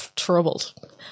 troubled